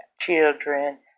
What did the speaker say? children